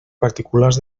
particulars